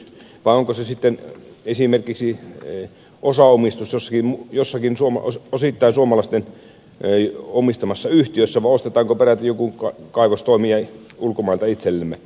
vai onko se sitten esimerkiksi osaomistus jossakin osittain suomalaisten omistamassa yhtiössä vai ostetaanko peräti joku kaivostoimija ulkomailta itsellemme